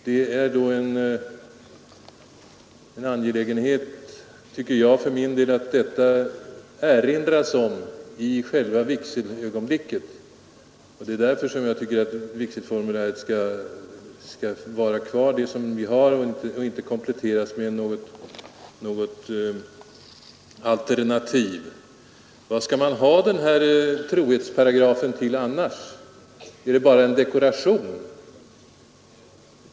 Det är då enligt min uppfattning angeläget att det erinras om trohetsplikten i själva vigselögonblicket. Jag tycker därför att det nuvarande borgerliga vigselformuläret skall vara kvar och inte kompletteras med något alternativ. Vad skall man ha den här trohetsparagrafen till annars? Skall den bara vara en dekoration?